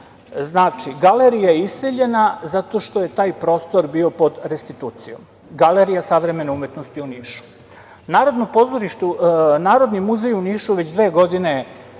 Znači, galerija iseljena zato što je taj prostor bio pod restitucijom, galerija Savremene umetnosti u Nišu. Narodni muzej u Nišu već dve godine plaća